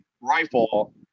rifle